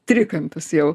trikampis jau